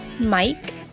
Mike